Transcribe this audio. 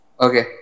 Okay